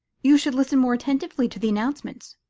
you should listen more attentively to the announcements.